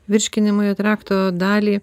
virškinamojo trakto dalį